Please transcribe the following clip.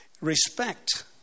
respect